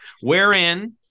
wherein